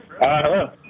Hello